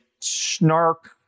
snark